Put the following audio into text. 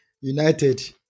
United